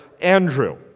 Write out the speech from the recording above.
Andrew